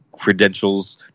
Credentials